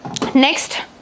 next